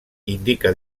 indica